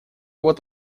вот